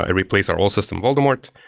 it replaced our old system, voldemort.